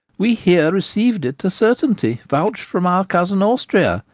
we here receive it, a certainty, vouch'd from our cousin austria,